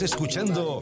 Escuchando